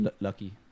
lucky